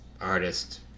artist